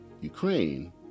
Ukraine